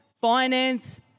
finance